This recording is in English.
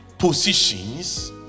Positions